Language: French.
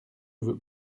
veux